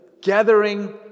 gathering